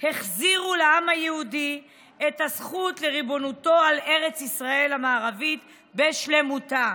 החזירו לעם היהודי את הזכות לריבונותו על ארץ ישראל המערבית בשלמותה.